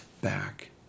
back